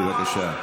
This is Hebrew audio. אדוני, בבקשה.